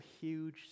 huge